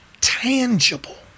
tangible